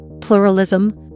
pluralism